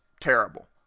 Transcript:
terrible